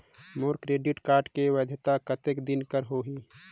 मोर credit card के वैधता कतेक दिन कर होही?